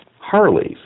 Harleys